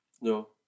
No